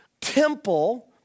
temple